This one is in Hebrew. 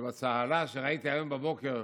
בצהלה שראיתי היום בבוקר,